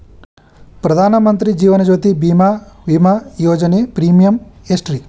ಪ್ರಧಾನ ಮಂತ್ರಿ ಜೇವನ ಜ್ಯೋತಿ ಭೇಮಾ, ವಿಮಾ ಯೋಜನೆ ಪ್ರೇಮಿಯಂ ಎಷ್ಟ್ರಿ?